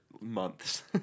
months